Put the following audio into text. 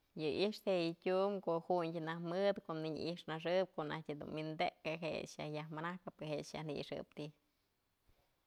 Yë i'ix je yë tyum ko'o jundyë najk mëdë, ko'o nëya i'ixnaxëp ko'o najtyë dun wi'indekë je'e yë xyaj yaj manakëp, je'e xyaj yaj na'ixëp ti'i.